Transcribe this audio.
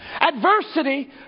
Adversity